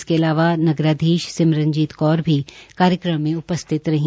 इसके अलावा नगराधीश सिमरनजीत कौर भी कार्यक्रम में उपस्थित रहीं